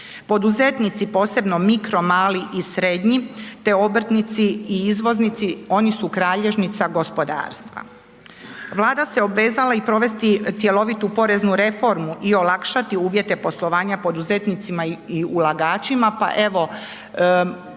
Poduzetnici posebno mikro, mali i srednji te obrtnici i izvoznici oni su kralježnica gospodarstva. Vlada se obvezala i provesti cjelovitu poreznu reformu i olakšati uvjete poslovanja poduzetnicima i ulagačima, pa evo